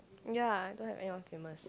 ya I don't have anyone famous